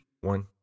one